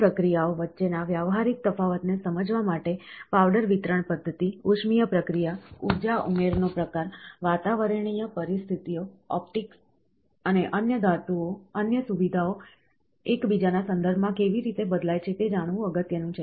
આ પ્રક્રિયાઓ વચ્ચેના વ્યવહારિક તફાવતને સમજવા માટે પાવડર વિતરણ પદ્ધતિ ઉષ્મિય પ્રક્રિયા ઊર્જા ઉમેરનો પ્રકાર વાતાવરણીય પરિસ્થિતિઓ ઓપ્ટિક્સ અને અન્ય સુવિધાઓ એકબીજાના સંદર્ભમાં કેવી રીતે બદલાય છે તે જાણવું અગત્યનું છે